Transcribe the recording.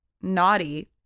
naughty